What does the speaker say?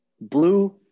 blue